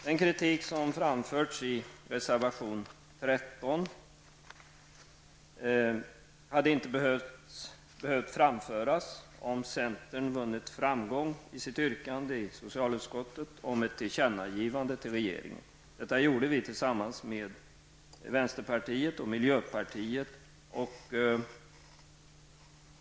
Den kritik som framförts i reservation 13 hade inte behövt framföras, om centern hade vunnit framgång i sitt yrkande i socialutskottet om ett tillkännagivande till regeringen. Det gjorde vi tillsammans med vänsterpartiet och miljöpartiet.